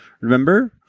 remember